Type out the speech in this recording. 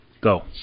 Go